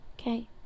okay